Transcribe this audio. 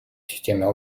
системы